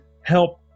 help